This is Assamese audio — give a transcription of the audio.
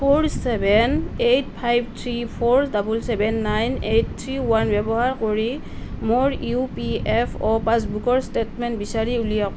four seven eight five three four seven seven nine eight three one ব্যৱহাৰ কৰি মোৰ ই পি এফ অ' পাছবুকৰ ষ্টেটমেণ্ট বিচাৰি উলিয়াওক